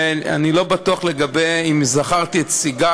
ואני לא בטוח אם זכרתי את סיגל,